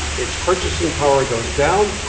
its purchasing power goes down,